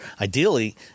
Ideally